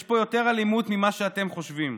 יש פה יותר אלימות ממה שאתם חושבים.